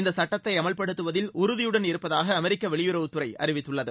இந்த சட்டத்தை அமல்படுத்துவதில் உறுதியுடன் இருப்பதாக அமெரிக்க வெளியுறவுத்துறை அறிவித்துள்ளது